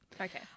Okay